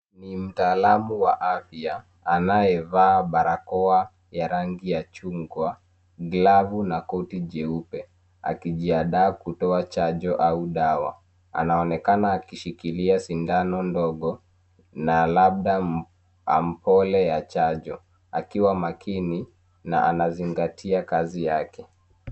Ni mtaalamu wa afya anayevaa barakoa ya rangi ya chungwa, glavu na koti jeupe akijiandaa kutoa chanjo au dawa. Anaonekana akishikilia sindano ndogo na labda ambola ya chanjo akiwa makini na anazingatia kazi yake.